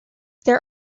there